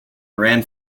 ran